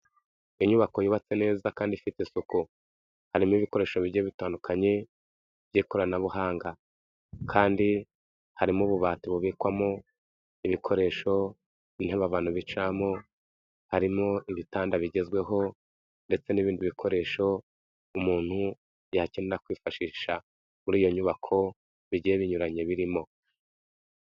Inyubako yubatse neza kandi ifite Isuku harimo ibikoresho bigiye bitandukanye by'ikoranabuhanga kandi harimo ububati bubikwamo ibikoresho, intebe abantu bicaramo harimo ibitanda bigezweho ndetse n'ibindi bikoresho umuntu yakenera kwifashisha muri iyo nyubako bigiye binyuranye birimo.